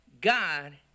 God